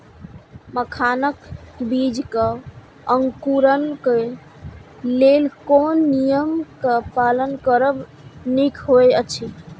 मखानक बीज़ क अंकुरन क लेल कोन नियम क पालन करब निक होयत अछि?